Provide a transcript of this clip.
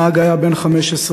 הנהג היה בן 15,